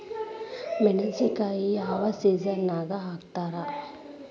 ಮೆಣಸಿನಕಾಯಿನ ಯಾವ ಸೇಸನ್ ನಾಗ್ ಹಾಕ್ತಾರ?